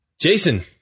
Jason